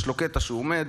יש לו קטע שהוא עומד,